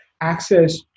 access